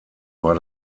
war